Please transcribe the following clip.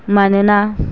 मानोना